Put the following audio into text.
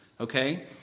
Okay